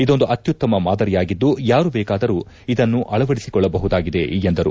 ಇದೊಂದು ಅತ್ಯುತ್ತಮ ಮಾದರಿಯಾಗಿದ್ದು ಯಾರು ಬೇಕಾದರು ಇದನ್ನು ಅಳವದಿಸಿಕೊಳ್ಳಬಹುದಾಗಿದೆ ಎಂದರು